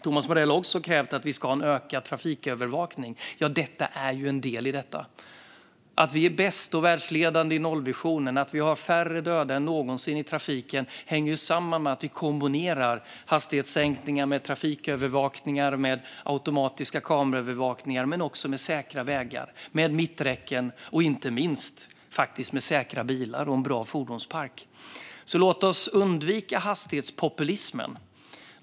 Thomas Morell har också krävt att vi ska ha en ökad trafikövervakning. Ja, detta är en del i det hela. Att vi är bäst och världsledande i nollvisionen, att vi har färre döda än någonsin i trafiken hänger samman med att vi kombinerar hastighetssänkningar med trafikövervakning, automatisk kameraövervakning, säkra vägar med mitträcken och inte minst säkra bilar och en bra fordonspark. Låt oss därför undvika hastighetspopulismen.